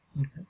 Okay